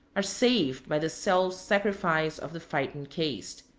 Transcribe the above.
are saved by the self-sacrifice of the fighting caste.